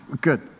Good